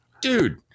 dude